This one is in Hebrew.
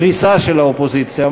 דריסה של האופוזיציה,